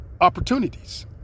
opportunities